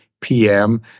PM